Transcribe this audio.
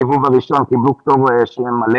בסיבוב הראשון קיבלו פטור מלא